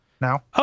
now